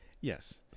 Yes